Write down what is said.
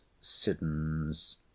siddons